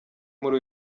muri